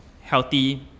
healthy